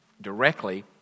directly